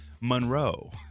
Monroe